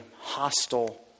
hostile